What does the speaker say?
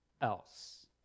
else